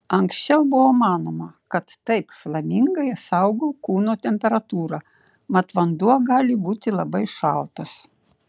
anksčiau buvo manoma kad taip flamingai saugo kūno temperatūrą mat vanduo gali būti labai šaltas